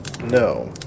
No